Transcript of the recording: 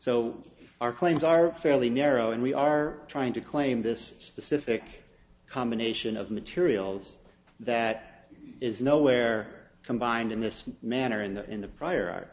so our claims are fairly narrow and we are trying to claim this specific combination of materials that is nowhere combined in this manner and in the prior